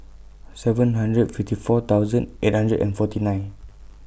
seven hundred fifty four thousand eight hundred and forty nine